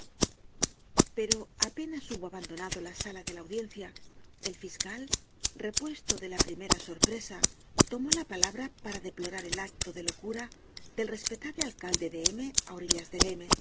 pero apenas hubo abandonado la sala de la audiencia el fiscal repuesto de la primera sorpresa tomó la palabra para deplorar el acto de locura del respetable alcalde de m á orillas del